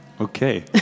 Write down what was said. Okay